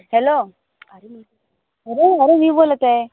hello अरे अरे मी बोलत आहे